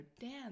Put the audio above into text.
dance